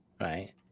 right